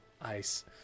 Ice